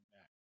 back